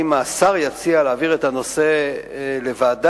אם השר יציע להעביר את הנושא לוועדה,